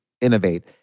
innovate